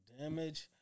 damage